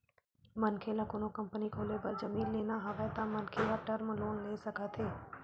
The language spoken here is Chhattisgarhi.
मनखे ल कोनो कंपनी खोले बर जमीन लेना हवय त मनखे ह टर्म लोन ले सकत हे